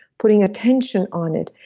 putting attention on it.